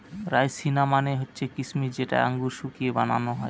রাইসিনা মানে হচ্ছে কিসমিস যেটা আঙুরকে শুকিয়ে বানানো হয়